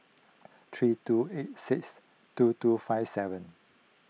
three two eight six two two five seven